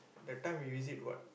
that time we visit what